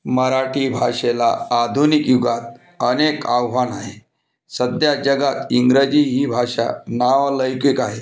मराठी भाषेला आधुनिक युगात अनेक आव्हान आहे सध्या जगात इंग्रजी ही भाषा नावलौकीक आहे